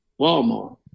Walmart